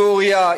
סוריה,